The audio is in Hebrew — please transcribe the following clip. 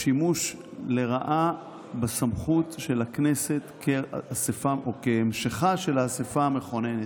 שימוש לרעה בסמכות של הכנסת כהמשכה של האספה המכוננת.